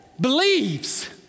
believes